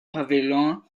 pavillon